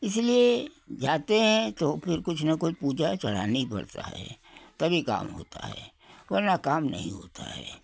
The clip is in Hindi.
इसलिए जाते हैं तो फिर कुछ ना कुछ पूजा चढ़ाना ही पड़ता है तभी काम होता है वरना काम नहीं होता है